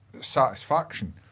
satisfaction